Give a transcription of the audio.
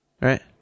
right